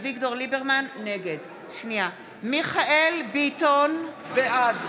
נגד מיכאל ביטון, בעד